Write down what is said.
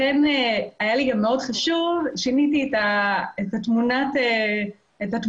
לכן היה לי גם מאוד חשוב ושיניתי את תמונת הרקע